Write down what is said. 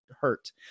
hurt